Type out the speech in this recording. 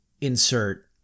insert